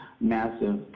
massive